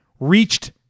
Reached